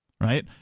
right